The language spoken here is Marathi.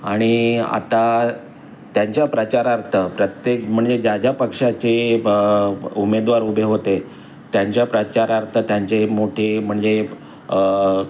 आणि आता त्यांच्या प्रचारार्थ प्रत्येक म्हणजे ज्या ज्या पक्षाचे ब उमेदवार उभे होते त्यांच्या प्रचारार्थ त्यांचे मोठे म्हणजे